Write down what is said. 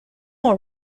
all